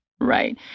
Right